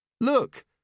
Look